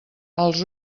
els